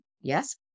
Yes